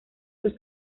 los